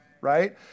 right